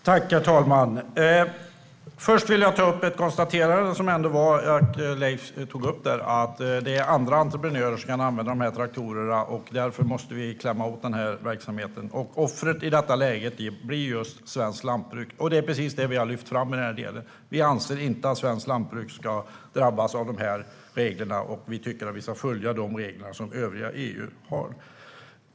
Herr talman! Jag vill till att börja med ta upp ett konstaterande som Leif gjorde, att andra entreprenörer kan använda traktorerna och att vi därför måste klämma åt verksamheten. Offret blir svenskt lantbruk, och det är just det som vi har lyft fram. Vi anser inte att svenskt lantbruk ska drabbas av de här reglerna. Vi tycker att vi ska följa de regler som övriga EU har.